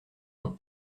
nom